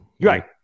right